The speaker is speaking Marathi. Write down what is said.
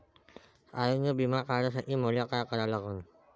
आरोग्य बिमा काढासाठी मले काय करा लागन?